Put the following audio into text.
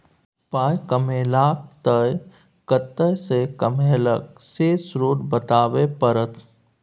पाइ कमेलहक तए कतय सँ कमेलहक से स्रोत बताबै परतह